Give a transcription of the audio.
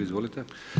Izvolite.